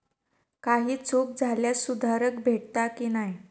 काही चूक झाल्यास सुधारक भेटता की नाय?